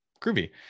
groovy